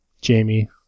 Jamie